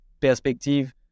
perspective